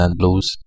blues